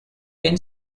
been